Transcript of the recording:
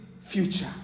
future